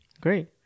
great